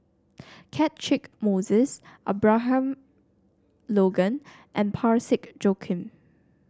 Catchick Moses Abraham Logan and Parsick Joaquim